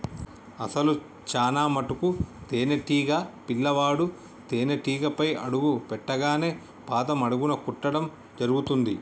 అసలు చానా మటుకు తేనీటీగ పిల్లవాడు తేనేటీగపై అడుగు పెట్టింగానే పాదం అడుగున కుట్టడం జరుగుతుంది